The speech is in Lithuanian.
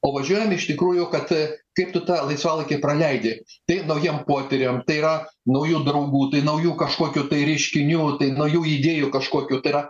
o važiuojam iš tikrųjų kad kaip tu tą laisvalaikį praleidi tai naujiem potyriam tai yra naujų draugų tai naujų kažkokių tai reiškinių tai naujų idėjų kažkokių tai yra